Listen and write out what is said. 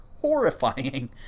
horrifying